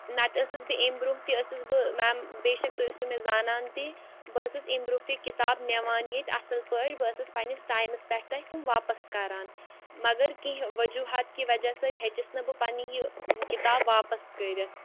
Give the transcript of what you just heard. نَتہٕ ٲسٕس بہٕ اَمہِ برٛونٛہہ تہِ ٲسٕس بہٕ میم بے شَک تُہۍ ٲسِو مےٚ زانان تہِ بہٕ ٲسٕس اَمہِ برٛونٛہہ تہِ کِتاب نِوان ییٚتہِ اَصٕل پٲٹھۍ بہٕ ٲسٕس پنٛنِس ٹایمَس پٮ۪ٹھ تۄہہِ تِم واپَس کَران مگر کیٚنٛہہ وجوٗہات کہِ وَجہ سۭتۍ ہیٚچِس نہٕ بہٕ پنٛنہِ یہِ کِتاب واپَس کٔرِتھ